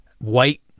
white